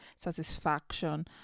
satisfaction